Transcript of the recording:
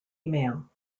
email